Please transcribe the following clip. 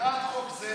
מטרת חוק זה